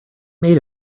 made